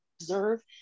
observe